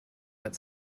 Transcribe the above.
but